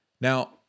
Now